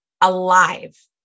alive